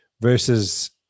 versus